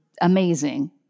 amazing